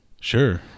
Sure